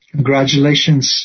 Congratulations